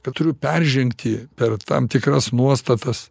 kad turiu peržengti per tam tikras nuostatas